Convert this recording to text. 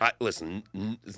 Listen